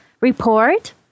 report